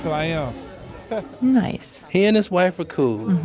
i am nice he and his wife are cool.